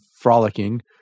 frolicking